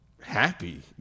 happy